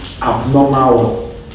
abnormal